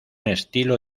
estilo